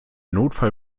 notfall